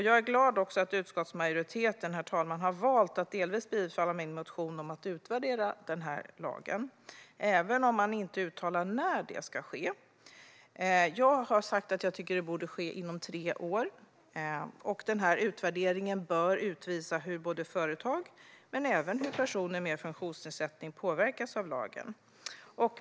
Jag är glad, herr talman, att utskottsmajoriteten har valt att delvis bifalla min motion om att utvärdera denna lag, även om man inte uttalar när detta ska ske. Jag har sagt att jag tycker att det borde ske inom tre år. Utvärderingen bör utvisa hur såväl företag som personer med funktionsnedsättning påverkas av lagen.